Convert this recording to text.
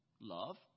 love